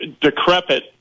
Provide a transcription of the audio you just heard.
decrepit